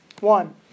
One